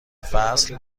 فصل